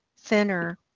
thinner